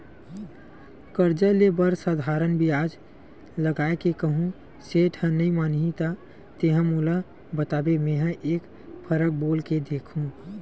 करजा ले बर साधारन बियाज लगा के कहूँ सेठ ह नइ मानही त तेंहा मोला बताबे मेंहा एक फरक बोल के देखहूं